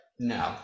No